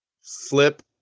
flip